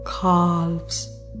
calves